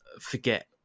forget